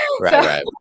Right